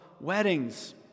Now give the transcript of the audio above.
weddings